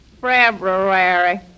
February